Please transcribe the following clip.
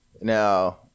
now